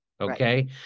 Okay